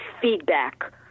feedback